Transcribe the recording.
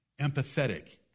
empathetic